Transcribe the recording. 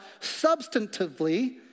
substantively